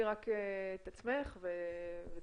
אני